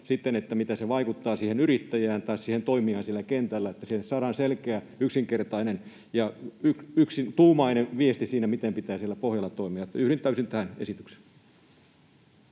miten se vaikuttaa siihen yrittäjään tai siihen toimijaan kentällä, että siihen saadaan selkeä, yksinkertainen ja yksituumainen viesti siinä, miten pitää siellä pohjalla toimia. Yhdyn täysin tähän esitykseen.